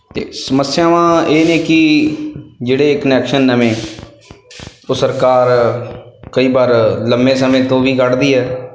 ਅਤੇ ਸਮੱਸਿਆਵਾਂ ਇਹ ਨੇ ਕਿ ਜਿਹੜੇ ਕਨੈਕਸ਼ਨ ਨਵੇਂ ਉਹ ਸਰਕਾਰ ਕਈ ਵਾਰ ਲੰਬੇ ਸਮੇਂ ਤੋਂ ਵੀ ਕੱਢਦੀ ਹੈ